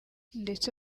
ndetse